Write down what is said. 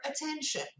attention